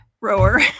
rower